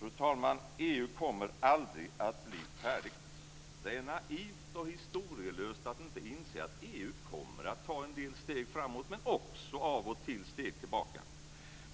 Fru talman! EU kommer aldrig att bli färdigt. Det är naivt och historielöst att inte inse att EU kommer att ta en del steg framåt men också, av och till, steg tillbaka.